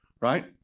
right